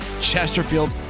chesterfield